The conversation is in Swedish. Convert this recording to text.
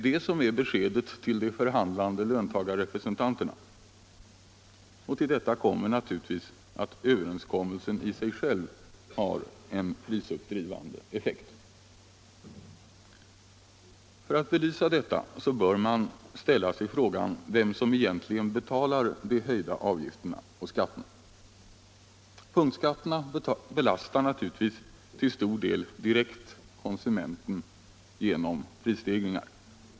Det är beskedet till de förhandlande löntagarrepresentanterna. Till detta kommer naturligtvis att överenskommelsen i sig själv har en prisuppdrivande effekt. För att belysa detta bör man ställa sig frågan vem som egentligen betalar de höjda avgifterna och skatterna. Punktskatterna belastar naturligtvis till stor del direkt konsumenterna genom prisstegringar.